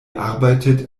arbeitet